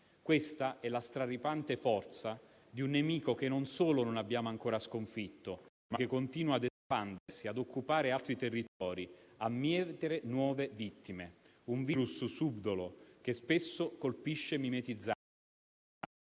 Questa è la straripante forza di un nemico che non solo non abbiamo ancora sconfitto, ma che continua espandersi, occupare altri territori, a mietere nuove vittime; un virus subdolo, che spesso colpisce mimetizzandosi.